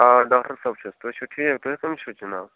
آ ڈاکٹَر صٲب چھِس تُہۍ چھُو ٹھیٖک تُہۍ کٕم چھُ جناب